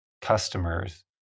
customers